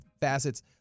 facets